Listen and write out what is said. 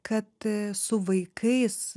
kad su vaikais